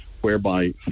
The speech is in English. whereby